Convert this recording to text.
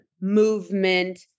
movement